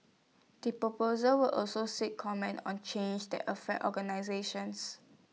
the proposals will also seek comments on changes that affect organisations